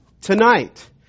tonight